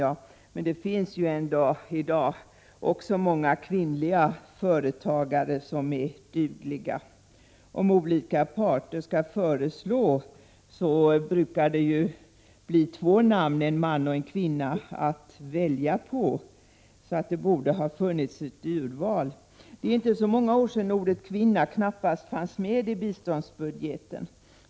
Ja, men det finns ändå i dag också många kvinnliga företagare som är dugliga. Om olika parter skall föreslå kandidater brukar det bli två namn — en man och en kvinna — att välja på, så det borde ha funnits ett urval. Det är inte så många år sedan ordet kvinna knappast fanns med i biståndsbudgeten.